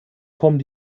kommen